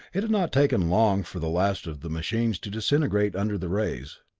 it had not taken long for the last of the machines to disintegrate under the rays.